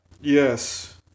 Yes